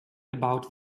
about